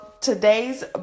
today's